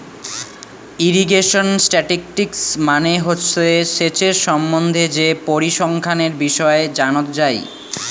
irrigation statistics মানে হসে সেচের সম্বন্ধে যে পরিসংখ্যানের বিষয় জানত যাই